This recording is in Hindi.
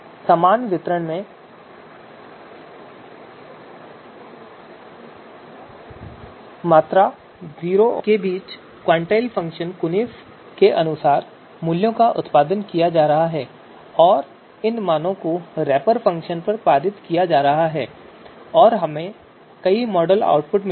समान वितरण में मात्रा 0 और 1 के बीच क्वांटाइल फ़ंक्शन कुनिफ़ के अनुसार मूल्यों का उत्पादन किया जा रहा है और इन मानों को इस रैपर फ़ंक्शन पर पारित किया जा रहा है और हमें कई मॉडल आउटपुट मिलेंगे